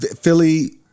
Philly